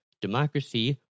democracy